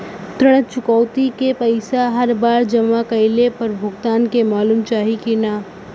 ऋण चुकौती के पैसा हर बार जमा कईला पर भुगतान के मालूम चाही की ना?